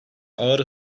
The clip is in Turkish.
ağır